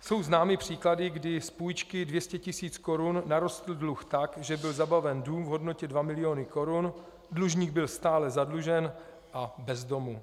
Jsou známy příklady, kdy z půjčky 200 tis. korun narostl dluh tak, že byl zabaven dům v hodnotě dva miliony korun, dlužník byl stále zadlužen a bez domu.